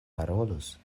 parolus